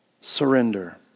surrender